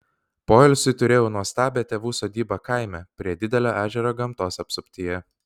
poilsiui turėjau nuostabią tėvų sodybą kaime prie didelio ežero gamtos apsuptyje